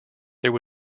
there